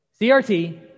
crt